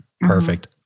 Perfect